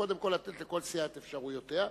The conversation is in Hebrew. לתת לכל סיעה את אפשרויותיה,